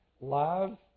Love